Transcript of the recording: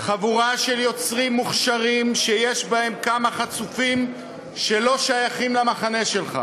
חבורה של יוצרים מוכשרים שיש בהם כמה חצופים שלא שייכים למחנה שלך.